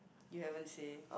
you haven't say